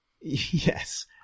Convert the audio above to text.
Yes